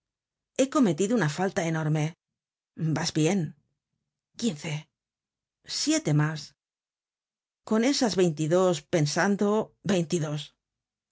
he cometido una falta enorme vas bien quince siete mas con esas veintidos pensando veintidos